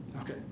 Okay